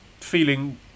feeling